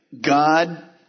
God